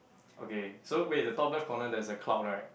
okay so wait the top left corner there's a cloud right